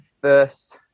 first